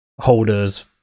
holders